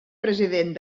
president